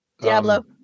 Diablo